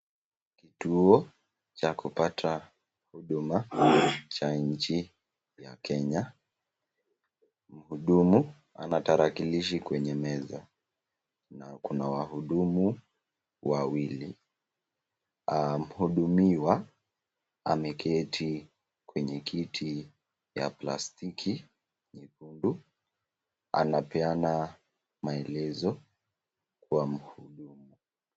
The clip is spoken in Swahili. Kituo cha kupata huduma za nji ya Kenya, mhudumu ana tarakilishi kwenye meza na kuna wahudumu wawili, mhudumiwa ameketi kwenywe kiti ya plastiki nyekundu anapeana maelezo kwa mhudumu.